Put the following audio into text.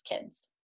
kids